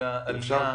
עלייה